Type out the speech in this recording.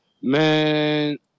Man